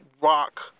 rock